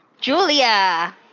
Julia